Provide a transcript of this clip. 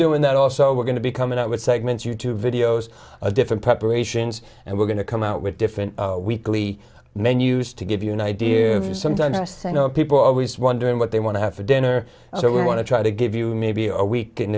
doing that also we're going to be coming out with segments you tube videos of different preparations and we're going to come out with different weekly menus to give you an idea of you sometimes just i know people always wondering what they want to have for dinner so we want to try to give you maybe a week